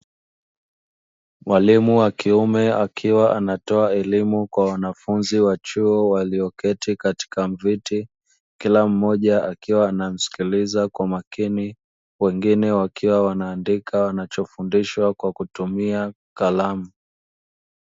Mwalimu wa kiume akiwa anatoa elimu kwa wanafunzi wa chuo walio keti katika viti, kila mmoja akiwa anamsikiliza kwa makini, wengine wakiwa wanaandika wanachofundishwa kwa kutumia kalamu.